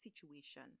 situation